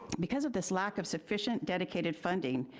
because of this lack of sufficient dedicated funding,